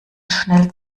schnell